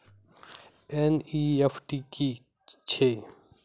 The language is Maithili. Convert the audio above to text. एन.ई.एफ.टी की छीयै?